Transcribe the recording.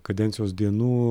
kadencijos dienų